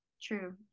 True